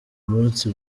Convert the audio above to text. munsi